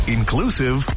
Inclusive